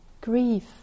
grief